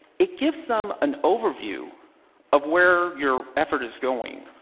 it gives them an overview of where your effort is going.